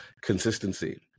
consistency